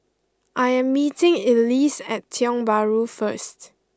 I am meeting Elease at Tiong Bahru first